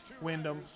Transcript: Wyndham